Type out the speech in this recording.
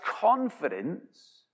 confidence